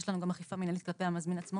יש לנו גם אכיפה מינהלית כלפי המזמין עצמו